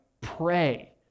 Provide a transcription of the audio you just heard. pray